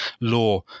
law